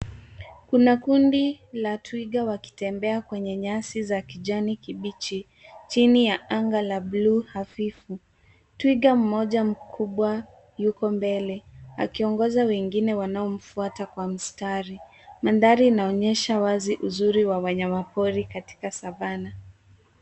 Kuna kundi la twiga wakitembea kwenye nyasi za kijani kibichi, chini ya anga la blue hafifu. Twiga mmoja mkubwa uko mbele, akiongoza wengine wanaomfuata kwa mstari. Mandhari inaonyesha wazi uzuri wa wanyama pori katika savannah .